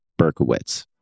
Berkowitz